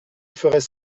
feraient